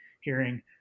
hearing